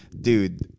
dude